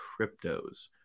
cryptos